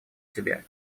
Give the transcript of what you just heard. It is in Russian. тебе